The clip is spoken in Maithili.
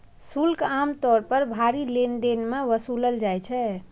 शुल्क आम तौर पर भारी लेनदेन मे वसूलल जाइ छै